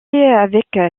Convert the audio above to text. avec